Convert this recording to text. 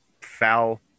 foul